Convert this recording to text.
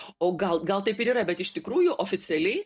o gal gal taip ir yra bet iš tikrųjų oficialiai